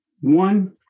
One